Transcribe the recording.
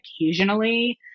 occasionally